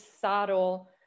subtle